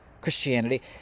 Christianity